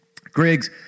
Griggs